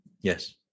yes